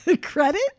credit